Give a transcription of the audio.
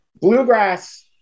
Bluegrass